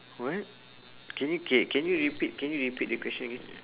what can you K can you repeat can you repeat the question again